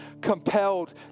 compelled